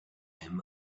him